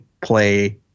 play